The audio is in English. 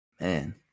Man